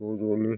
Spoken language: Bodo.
ज' ज' नो